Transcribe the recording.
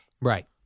Right